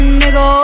nigga